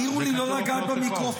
העירו לי לא לגעת במיקרופון.